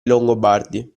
longobardi